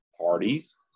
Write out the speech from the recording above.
parties